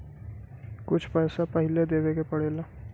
कुछ पैसा पहिले देवे के पड़ेला